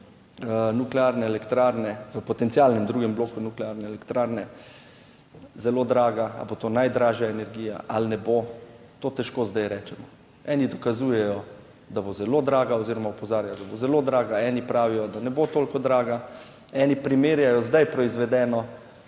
(nadaljevanje) v potencialnem drugem bloku nuklearne elektrarne, zelo draga. Ali bo to najdražja energija ali ne, bo to težko zdaj rečemo. Eni dokazujejo, da bo zelo draga oziroma opozarjajo, da bo zelo draga. Eni pravijo, da ne bo toliko draga. Eni primerjajo zdaj proizvedeno